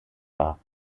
war